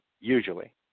usually